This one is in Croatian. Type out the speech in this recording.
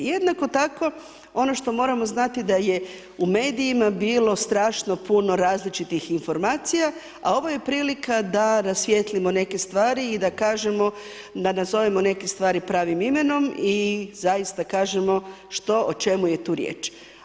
Jednako tako ono što moramo znati da je u medijima bilo strašno puno različitih informacija, a ovo je prilika da rasvijetlimo neke stvari i da kažemo, da nazovemo neke stvari pravim imenom i zaista kažemo što o čemu je tu riječ.